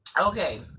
okay